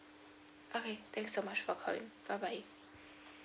okay thanks so much for calling bye bye